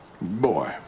Boy